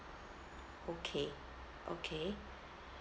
okay okay